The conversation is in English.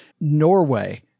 Norway